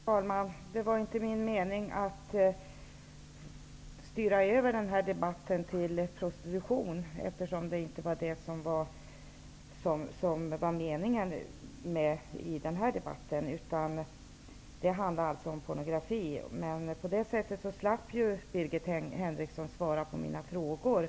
Herr talman! Det var inte min mening att styra över den här debatten på prostitution. Det var inte meningen att det ämnet skulle tas upp i denna debatt. Den handlar om pornografi. Men på det sättet slapp Birgit Henriksson svara på mina frågor.